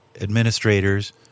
administrators